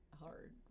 hard